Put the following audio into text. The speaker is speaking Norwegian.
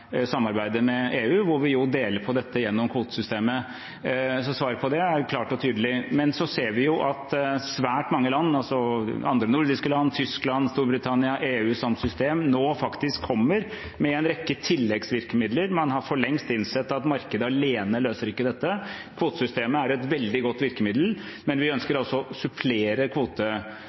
samarbeidet med EU, hvor vi deler på dette gjennom kvotesystemet. Svaret på det er klart og tydelig. Men vi ser at svært mange land – andre nordiske land, Tyskland, Storbritannia og EU som system – nå faktisk kommer med en rekke tilleggsvirkemidler. Man har for lengst innsett at markedet alene ikke løser dette. Kvotesystemet er et veldig godt virkemiddel, men vi ønsker å supplere